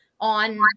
on